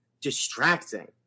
distracting